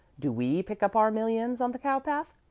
do we pick up our millions on the cowpath?